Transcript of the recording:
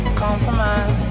compromise